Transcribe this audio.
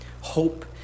Hope